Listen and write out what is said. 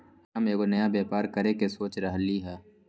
हम एगो नया व्यापर करके सोच रहलि ह